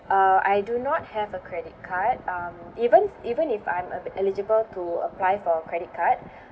uh I do not have a credit card um even even if I'm a eligible to apply for a credit card